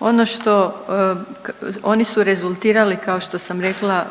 Ono što oni su rezultirali kao što sam rekla